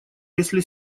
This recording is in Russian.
если